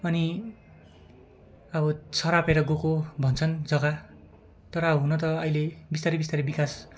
अनि अब सरापेर गएको भन्छन् जग्गा तर अब हुन त अहिले बिस्तारै बिस्तारै विकास